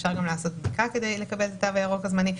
אפשר גם לעשות בדיקה כדי לקבל את התו הירוק הזמני.